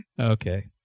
Okay